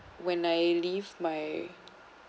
when I leave my